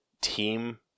Team